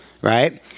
right